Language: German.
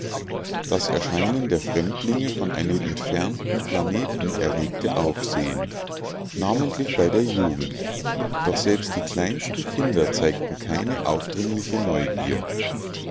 das erscheinen der fremdlinge von einem entfernten planeten erregte aufsehen namentlich bei der jugend doch selbst die kleinsten kinder zeigten keine aufdringliche neugier